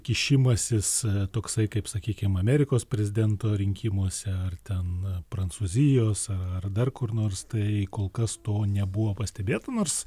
kišimasis toksai kaip sakykim amerikos prezidento rinkimuose ar ten prancūzijos ar dar kur nors tai kol kas to nebuvo pastebėta nors